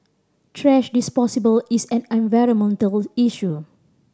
is an environmental issue